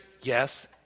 yes